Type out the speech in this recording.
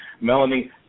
Melanie